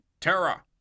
Terra